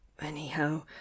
anyhow